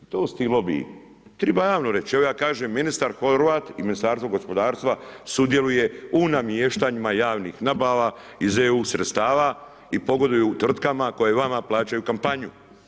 To su ti lobiji, treba javno reći, evo ja kažem, ministar Horvat i Ministarstvo gospodarstva sudjeluje u namještanjima javnih nabava iz EU sredstava i pogoduju tvrtkama koje vama plaćaju kampanju.